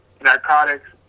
narcotics